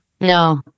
No